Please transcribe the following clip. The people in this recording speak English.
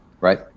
right